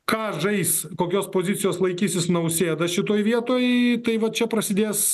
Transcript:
ką žais kokios pozicijos laikysis nausėda šitoj vietoj tai va čia prasidės